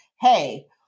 Hey